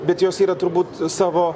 bet jos yra turbūt savo